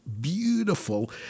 beautiful